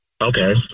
Okay